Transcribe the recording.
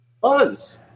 Buzz